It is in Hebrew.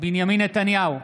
בנימין נתניהו,